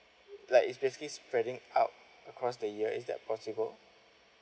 like is basically spreading out across the year is that possible